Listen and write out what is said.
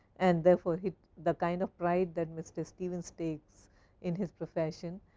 and therefore, he the kind of pride that mr. stevens takes in his profession,